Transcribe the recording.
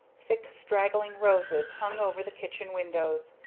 thick straggling roses hung over the kitchen windows,